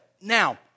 Now